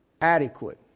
adequate